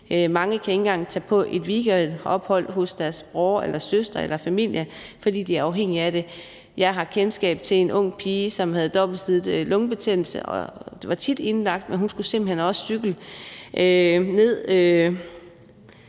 mange ikke engang kan tage på et weekendophold hos deres bror eller søster eller familie, fordi de er afhængige af det. Jeg har kendskab til en ung pige, som havde dobbeltsidet lungebetændelse og tit var indlagt, men hun skulle simpelt hen også cykle ned